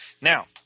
Now